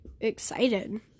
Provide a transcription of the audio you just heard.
excited